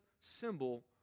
symbol